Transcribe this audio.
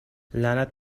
لعنت